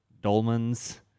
dolmens